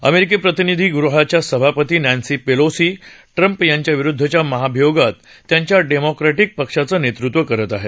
अमेरिकी प्रतिनिधी गृहाच्या सभापती नॅन्सी पेलोसी ट्रम्प यांच्याविरुद्धच्या महाभियोगात त्यांच्या डेमोक्रॅटिक पक्षाचं नेतृत्व करत आहेत